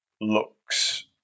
looks